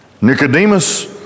Nicodemus